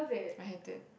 I hate it